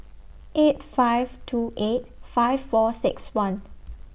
eight five two eight five four six one